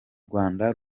rwanda